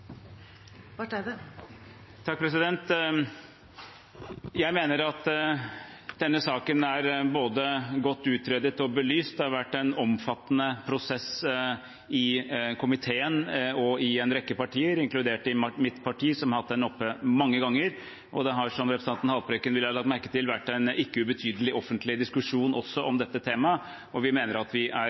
Jeg mener at denne saken er både godt utredet og godt belyst. Det har vært en omfattende prosess i komiteen og i en rekke partier, inkludert mitt parti, som har hatt den oppe mange ganger. Det har, som representanten Haltbrekken vil ha lagt merke til, vært en ikke ubetydelig offentlig diskusjon også om dette temaet, og vi mener at vi er